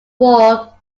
wall